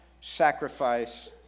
sacrifice